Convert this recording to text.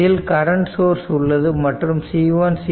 இதில் current source உள்ளது மற்றும் C1 C2